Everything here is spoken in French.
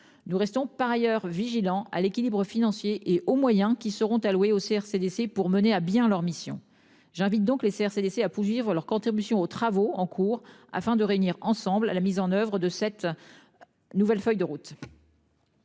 nous restons par ailleurs vigilant à l'équilibre financier et aux moyens qui seront alloués Auxerre CDC pour mener à bien leur mission. J'invite donc les serres CDC à pousuivre leur contribution aux travaux en cours afin de réunir ensemble à la mise en oeuvre de cette. Nouvelle feuille de route.